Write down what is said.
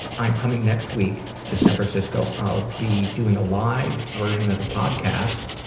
i'm coming next week to san francisco, i'll be doing a live version the podcast, ah,